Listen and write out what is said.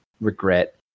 regret